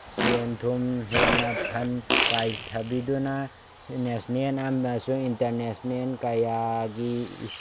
ꯁꯦꯟ ꯊꯨꯝ ꯍꯦꯟꯅ ꯐꯟ ꯀꯥꯏꯊꯕꯤꯗꯨꯅ ꯅꯦꯁꯅꯦꯟ ꯑꯃꯁꯨꯡ ꯏꯟꯇꯔꯅꯦꯁꯅꯦꯟ ꯀꯌꯥꯒꯤ